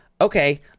Okay